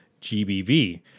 GBV